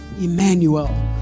Emmanuel